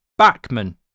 Backman